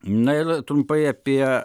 na ir trumpai apie